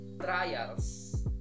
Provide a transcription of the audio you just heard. trials